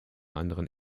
anderen